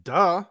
Duh